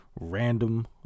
random